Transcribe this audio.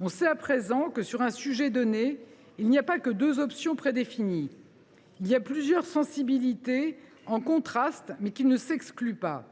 On sait à présent que, sur un sujet donné, il n’y a pas que deux options prédéfinies. Il y a plusieurs sensibilités, contrastées, mais qui ne s’excluent pas.